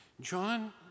John